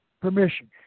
permission